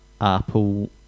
Apple